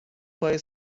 پای